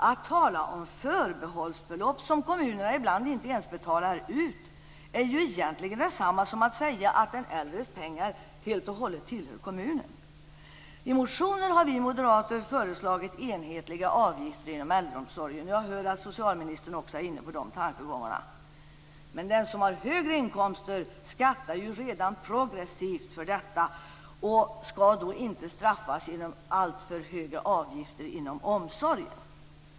Att tala om "förbehållsbelopp", som kommunerna ibland inte ens betalar ut, är ju egentligen detsamma som att säga att den äldres pengar helt och hållet tillhör kommunen! I motionen har vi moderater föreslagit enhetliga avgifter inom äldreomsorgen, och jag hör att också socialministern är inne på de tankegångarna. Men den som har högre inkomster skattar ju redan progressivt för detta och skall därför inte straffas genom alltför höga avgifter inom omsorgen.